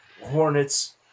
Hornets